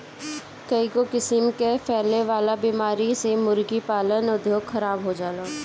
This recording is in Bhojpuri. कईगो किसिम कअ फैले वाला बीमारी से मुर्गी पालन उद्योग खराब हो जाला